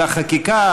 אבל החקיקה,